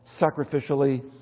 sacrificially